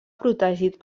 protegit